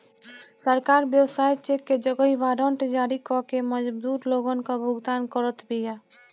सरकार व्यवसाय चेक के जगही वारंट जारी कअ के मजदूर लोगन कअ भुगतान करत बिया